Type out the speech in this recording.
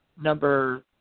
number